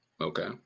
Okay